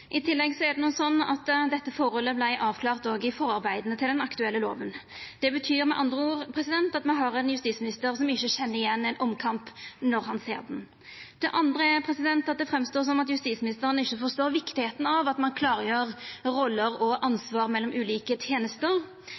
I tillegg er det sånn at dette forholdet vart avklart i førearbeida til den aktuelle lova. Det betyr med andre ord at me har ein justisminister som ikkje kjenner igjen ein omkamp når han ser han. Det andre er at det framstår som om justisministeren ikkje forstår kor viktig det er at ein klargjer roller og ansvar mellom ulike tenester.